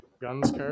guns